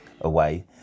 away